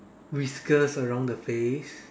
whiskers around the face